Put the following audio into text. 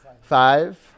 Five